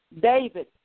David